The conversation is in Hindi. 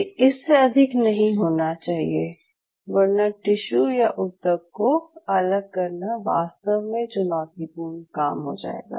ये इससे अधिक नहीं होना चाहिए वरना टिश्यू या ऊतक को अलग करना वास्तव में चुनौतीपूर्ण काम हो जाएगा